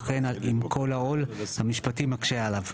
אחריהן יבוא 'אם כל העול המשפטי מקשה עליו'.